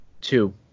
two